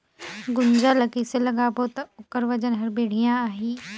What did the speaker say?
गुनजा ला कइसे लगाबो ता ओकर वजन हर बेडिया आही?